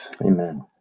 Amen